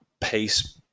pace